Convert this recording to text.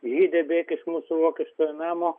žyde bėk iš mūsų vokiškojo namo